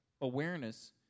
awareness